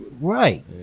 Right